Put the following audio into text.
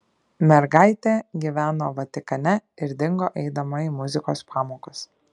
mergaitė gyveno vatikane ir dingo eidama į muzikos pamokas